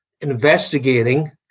investigating